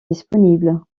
disponibles